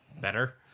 better